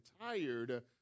tired